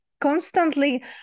constantly